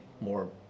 more